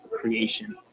creation